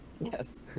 Yes